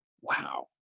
wow